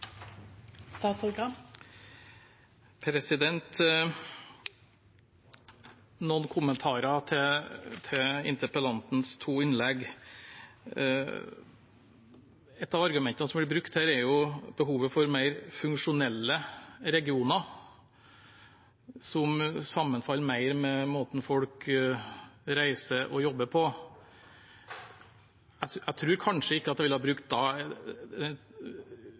interpellantens to innlegg: Et av argumentene som blir brukt her, er behovet for mer funksjonelle regioner som sammenfaller mer med måten folk reiser og jobber på. Jeg tror kanskje ikke jeg da ville brukt den nye fylkeskommunen Viken som det